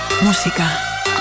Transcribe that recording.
Música